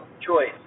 choice